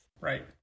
Right